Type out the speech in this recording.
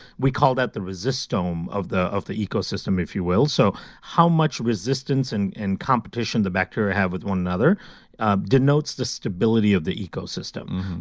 we call that the resistome of the resistome of the ecosystem, if you will. so how much resistance and and competition the bacteria have with one another ah denotes the stability of the ecosystem.